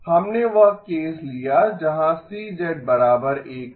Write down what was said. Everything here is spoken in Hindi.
हमने वह केस लिया जहां C 1 था